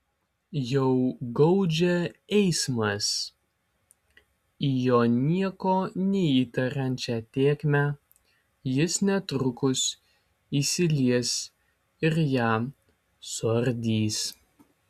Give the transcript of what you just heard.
jau gaudžia eismas į jo nieko neįtariančią tėkmę jis netrukus įsilies ir ją suardys